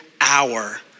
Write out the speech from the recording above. hour